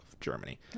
Germany